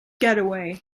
getaway